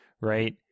right